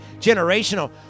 Generational